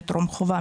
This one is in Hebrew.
לטרום חובה,